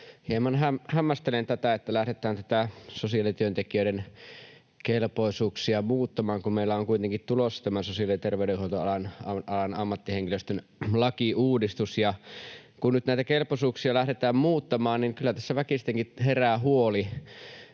hieman hämmästelen tätä, että lähdetään sosiaalityöntekijöiden kelpoisuuksia muuttamaan, kun meillä on kuitenkin tulossa sosiaali- ja terveydenhoitoalan ammattihenkilöstöstä lakiuudistus. Ja kun nyt näitä kelpoisuuksia lähdetään muuttamaan, niin kyllä tässä väkistenkin herää huoli,